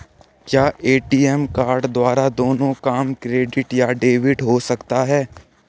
क्या ATM card द्वारा दोनों काम क्रेडिट या डेबिट हो सकता है?